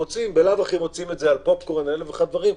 בלאו הכי מוציאים את זה על פופקורן ואלף אחד דברים.